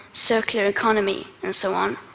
circular economy, and so on,